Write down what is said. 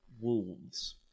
wolves